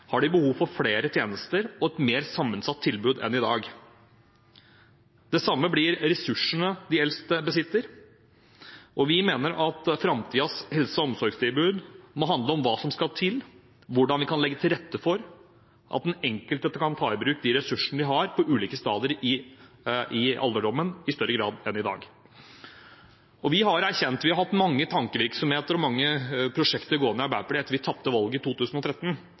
har de behov for flere tjenester og et mer sammensatt tilbud enn i dag. Det samme blir ressursene de eldste besitter, og vi mener at framtidens helse- og omsorgstilbud må handle om hva som skal til, hvordan vi kan legge til rette for at den enkelte kan ta i bruk ressursene de har, på ulike stadier i alderdommen i større grad enn i dag. Vi har hatt mange tankevirksomheter og mange prosjekter gående i Arbeiderpartiet etter at vi tapte valget i 2013.